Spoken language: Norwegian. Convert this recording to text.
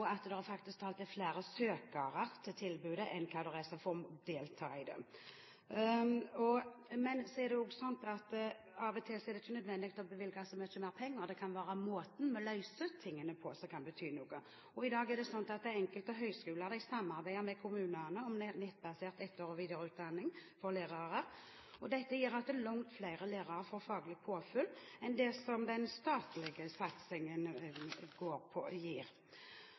faktisk flere søkere til tilbudet enn det er som får delta i det. Av og til er det ikke nødvendig å bevilge så mye mer penger. Det kan være måten man løser tingene på, som betyr noe. I dag samarbeider enkelte høyskoler med kommunene om nettbasert etter- og videreutdanning for lærere. Dette gjør at langt flere lærere får faglig påfyll enn det som den statlige satsingen